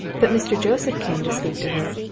but mr. joseph came to speak to her.